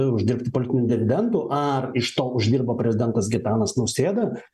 uždirbti politinių dividendų ar iš to uždirba prezidentas gitanas nausėda